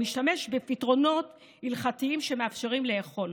משתמש בפתרונות הלכתיים שמאפשרים לאכול,